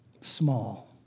Small